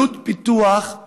עלות פיתוח היא